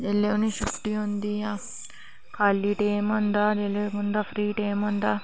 जेहले उनेंगी छुटी होंदी जां खाली टैम होंदा उंदा फ्री टैम होंदा